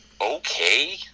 okay